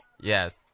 yes